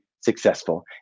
successful